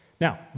Now